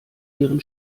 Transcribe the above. ihren